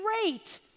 great